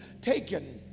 taken